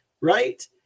right